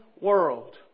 world